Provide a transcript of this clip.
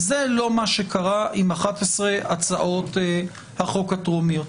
זה לא מה שקרה עם 11 הצעות החוק הטרומיות.